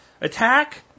Attack